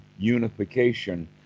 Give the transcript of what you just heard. unification